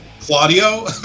claudio